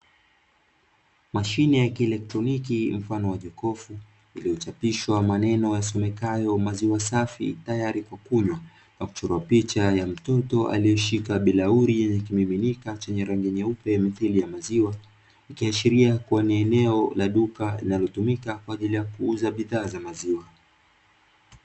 Mashine ya kieletroniki mfano wa jokofu, iliyochapishwa maneno yasomekayo "Maziwa safi tayari kwa kunywa", na kuchorwa picha ya mtoto aliyeshika bilauri yenye kimiminika chenye rangi nyeupe mithili ya maziwa, ikiashiria kuwa ni eneo la duka linalotumika kwa ajili ya kuuza bidhaa za maziwa.